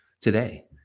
today